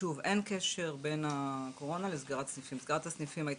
אין קשר בין הקורונה לסגירת סניפים.